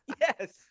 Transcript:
Yes